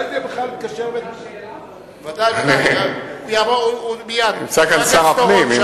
נמצא פה שר הפנים,